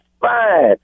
fine